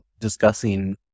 discussing